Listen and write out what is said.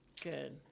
Good